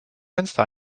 fenster